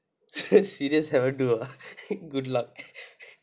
serious haven't do ah good luck